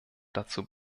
dazu